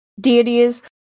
deities